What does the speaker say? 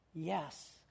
yes